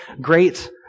great